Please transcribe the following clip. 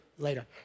later